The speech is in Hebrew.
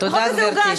תודה, גברתי.